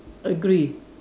agree